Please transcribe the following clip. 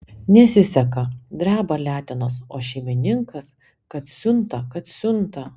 nesiseka dreba letenos o šeimininkas kad siunta kad siunta